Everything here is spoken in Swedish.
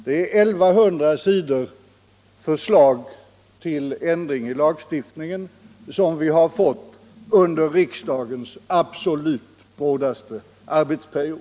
Det är 1 100 sidor förslag till ny lagstiftning som vi har fått under riksdagens absolut brådaste arbetsperiod.